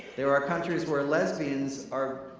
there are countries where lesbians are,